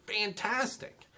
fantastic